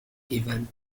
given